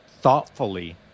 thoughtfully